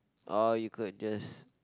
oh you could just